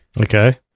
Okay